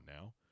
now